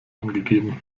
angegeben